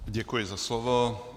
Děkuji za slovo.